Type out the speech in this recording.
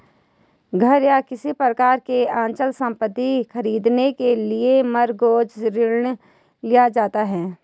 घर या किसी प्रकार की अचल संपत्ति खरीदने के लिए मॉरगेज ऋण लिया जाता है